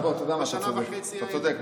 חברי חבר הכנסת קרעי, בוא, אתה יודע מה, אתה צודק.